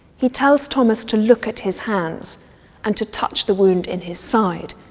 he tells thomas to look at his hands and to touch the wound in his side.